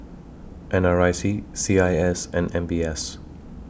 N R I C C I S and M B S